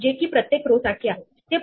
या केस मध्ये sx sy बाहेर येईल